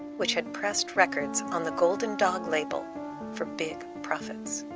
which had pressed records on the golden dog label for big profits.